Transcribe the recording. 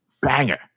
banger